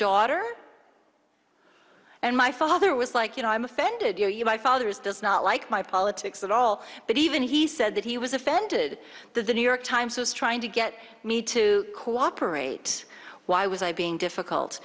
daughter and my father was like you know i'm offended you know you my father is does not like my politics at all but even he said that he was offended that the new york times was trying to get me to cooperate why was i being difficult